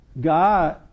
God